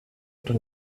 oder